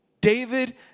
David